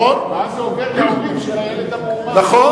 ואז זה עובר להורים של הילד המאומץ.